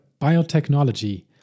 Biotechnology